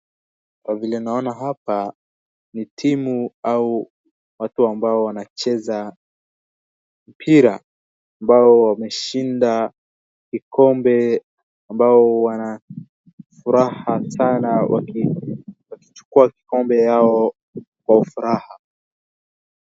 Kwa vile naona hapa ni timu au watu ambao wanacheza mpira. Ambao wameshida kikombe ambao wanafuraha sana wakichukua kikombe yao kwa furaha.